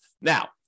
Now